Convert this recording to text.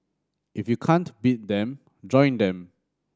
if you can't beat them join them